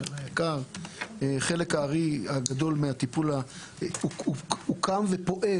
חלק האר"י הגדול מהטיפול הוקם ופועל